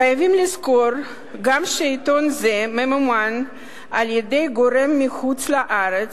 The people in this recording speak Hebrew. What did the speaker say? חייבים לזכור גם שעיתון זה ממומן על-ידי גורם מחוץ-לארץ